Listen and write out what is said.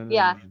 yeah,